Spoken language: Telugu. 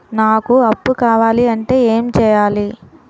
నాకు అప్పు కావాలి అంటే ఎం చేయాలి?